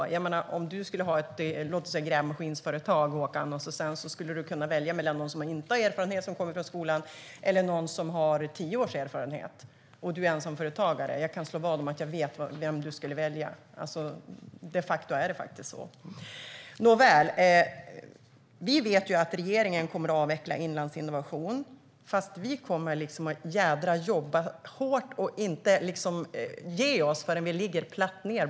Låt oss säga att du, Håkan, skulle ha ett grävmaskinsföretag och att du skulle kunna välja mellan någon som inte har erfarenhet och kommer direkt från skolan och någon som har tio års erfarenhet, och du är ensamföretagare. Jag kan slå vad om vem du skulle välja. De facto är det så. Nåväl. Vi vet att regeringen kommer att avveckla Inlandsinnovation, men vi kommer att jobba mot detta ända tills vi ligger ned.